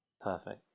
Perfect